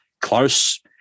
close